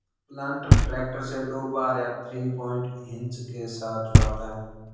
planter tractor से drawbar या three point hitch के साथ जुड़ा होता है